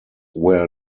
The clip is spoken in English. where